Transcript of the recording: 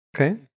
Okay